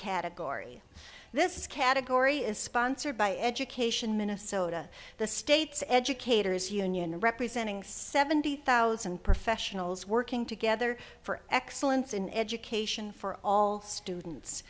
category this category is sponsored by education minnesota the state's educators union representing seventy thousand professionals working together for excellence in education for all students